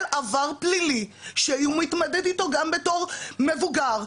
עבר פלילי שהוא מתמודד איתו גם בתור מבוגר,